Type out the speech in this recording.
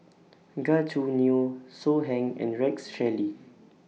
Gan Choo Neo So Heng and Rex Shelley